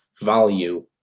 value